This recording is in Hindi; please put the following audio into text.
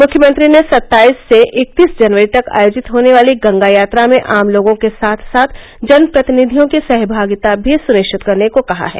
मुख्यमंत्री ने सत्ताईस से इकत्तीस जनवरी तक आयोजित होने वाली गंगा यात्रा में आम लोगों के साथ साथ जनप्रतिनिधियों की सहभागिता भी सुनिश्चित करने को कहा है